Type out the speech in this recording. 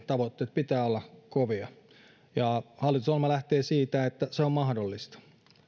tavoitteiden pitää ollakin kovia hallitusohjelma lähtee siitä että se on mahdollista